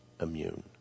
immune